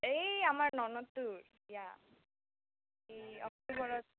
এই আমাৰ ননদটোৰ বিয়া এই অক্টোবৰত